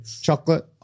chocolate